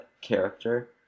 character